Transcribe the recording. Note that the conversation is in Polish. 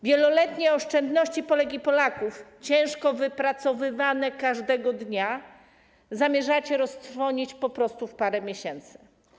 Wieloletnie oszczędności Polek i Polaków, ciężko wypracowywane każdego dnia, zamierzacie roztrwonić w parę miesięcy.